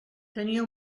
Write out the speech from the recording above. tenia